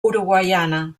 uruguaiana